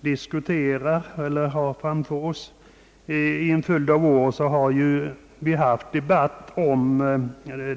diskuterar. Under en följd av år har vi debatterat